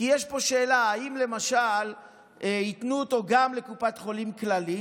כי יש פה שאלה אם למשל ייתנו אותו גם לקופת חולים כללית,